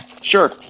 Sure